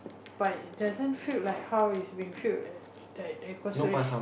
but doesn't filled like it's being filled at like the Cold Storage